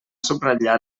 subratllar